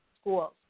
schools